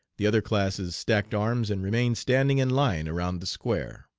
the other classes stacked arms and remained standing in line around the square.